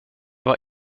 var